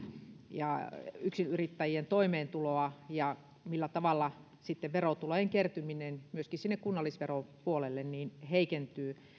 ja yksinyrittäjien toimeentuloa ja millä tavalla sitten verotulojen kertyminen myöskin sinne kunnallisveron puolelle heikentyy